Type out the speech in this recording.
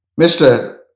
Mr